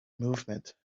movement